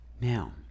Now